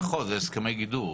עצמו.